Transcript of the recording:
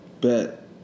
Bet